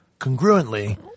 congruently